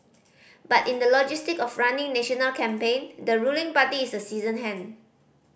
but in the logistic of running national campaign the ruling party is a seasoned hand